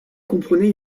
comprenait